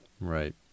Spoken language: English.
Right